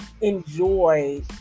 enjoy